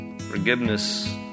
Forgiveness